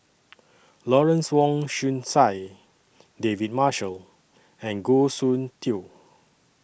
Lawrence Wong Shyun Tsai David Marshall and Goh Soon Tioe